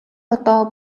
одоо